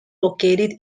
located